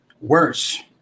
worse